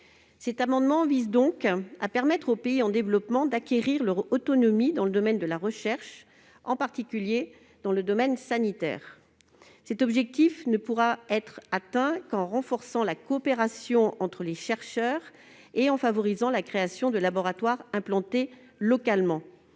Cet amendement vise donc à permettre aux pays en développement d'acquérir leur autonomie dans le domaine de la recherche, en particulier sanitaire. Cet objectif ne pourra être atteint qu'en renforçant la coopération entre les chercheurs et en favorisant la création de laboratoires implantés localement.